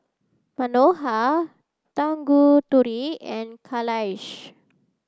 Manohar Tanguturi and Kailash